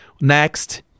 next